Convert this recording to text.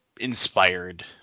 inspired